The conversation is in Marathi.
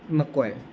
नको आहे